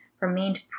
remained